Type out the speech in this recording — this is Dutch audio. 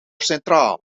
centraal